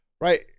Right